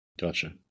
Gotcha